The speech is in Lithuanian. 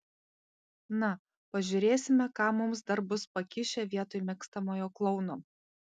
na pažiūrėsime ką mums dar bus pakišę vietoj mėgstamojo klouno